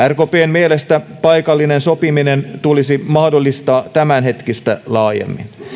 mielestä paikallinen sopiminen tulisi mahdollistaa tämänhetkistä laajemmin